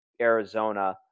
Arizona